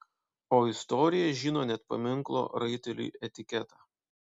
o istorija žino net paminklo raiteliui etiketą